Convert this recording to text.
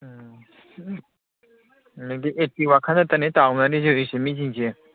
ꯎꯝ ꯑꯗꯩ ꯏꯠꯀꯤ ꯋꯥꯈꯟ ꯈꯇꯅꯤ ꯇꯥꯎꯅꯔꯤꯁꯦ ꯍꯧꯖꯤꯛꯁꯦ ꯃꯤꯁꯤꯡꯁꯦ